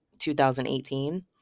2018